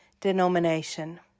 denomination